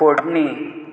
फोडणी